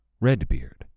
Redbeard